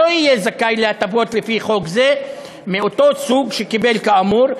לא יהיה זכאי להטבות לפי חוק זה מאותו סוג שקיבל כאמור.